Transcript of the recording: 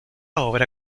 obra